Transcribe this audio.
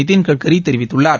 நிதின் கட்கரி தெரிவித்துள்ளார்